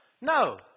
No